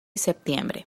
septiembre